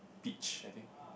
peach I think